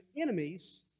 enemies